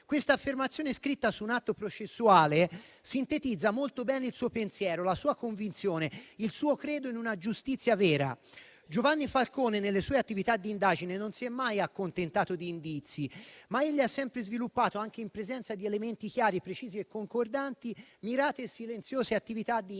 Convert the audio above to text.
Questa affermazione scritta su un atto processuale sintetizza molto bene il suo pensiero, la sua convinzione, il suo credo in una giustizia vera. Giovanni Falcone nelle sue attività di indagine non si è mai accontentato di indizi, ma egli ha sempre sviluppato, anche in presenza di elementi chiari, precisi e concordanti, mirate e silenziose attività di indagine.